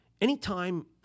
Anytime